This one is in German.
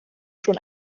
schon